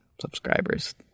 subscribers